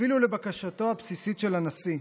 אפילו לבקשתו הבסיסית של הנשיא,